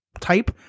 type